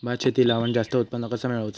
भात शेती लावण जास्त उत्पन्न कसा मेळवचा?